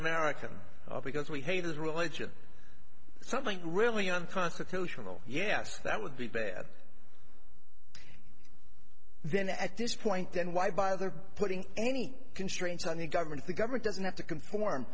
american because we hate his religion something really unconstitutional yes that would be bad then at this point then why bother putting any constraints on the government the government doesn't have to conform